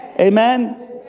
Amen